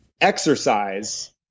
exercise